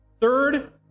Third-